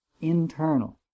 internal